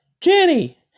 Jenny